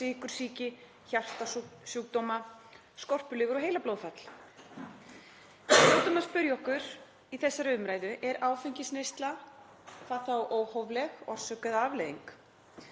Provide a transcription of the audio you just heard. sykursýki, hjartasjúkdóma, skorpulifur og heilablóðfall. Við hljótum að spyrja okkur í þessari umræðu: Er áfengisneysla, hvað þá óhófleg, orsök eða afleiðing?